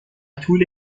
طول